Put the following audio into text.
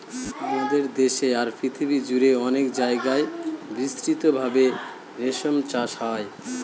আমাদের দেশে আর পৃথিবী জুড়ে অনেক জায়গায় বিস্তৃত ভাবে রেশম চাষ হয়